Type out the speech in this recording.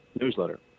newsletter